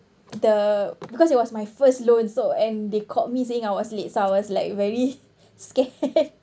the because it was my first loan so and they called me saying I was late so I was like very scared